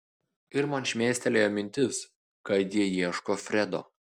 ir man šmėstelėjo mintis kad jie ieško fredo